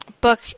book